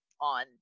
on